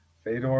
Fedor